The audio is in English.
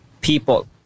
people